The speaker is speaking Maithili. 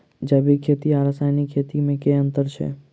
जैविक खेती आ रासायनिक खेती मे केँ अंतर छै?